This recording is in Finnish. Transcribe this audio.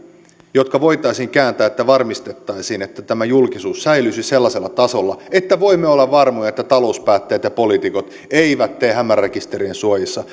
jotka voitaisiin kääntää että varmistettaisiin että tämä julkisuus säilyisi sellaisella tasolla että voimme olla varmoja että talouspäättäjät ja poliitikot eivät tee hämärärekisterien suojissa